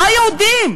לא יהודים.